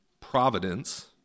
providence